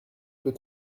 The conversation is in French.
peu